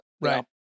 Right